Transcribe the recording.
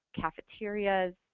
cafeterias